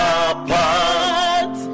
apart